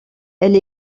elle